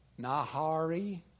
Nahari